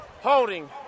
holding